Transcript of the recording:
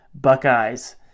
buckeyes